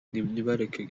nibareke